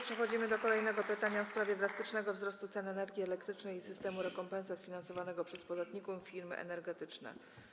Przechodzimy do kolejnego pytania, pytania w sprawie drastycznego wzrostu cen energii elektrycznej i systemu rekompensat finansowanego przez podatników i firmy energetyczne.